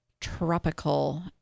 tropical